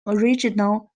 original